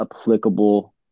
applicable